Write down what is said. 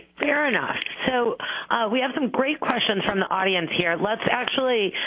fair enough. so we have some great questions from the audience here. let's actually